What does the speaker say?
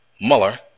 Mueller